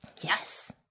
Yes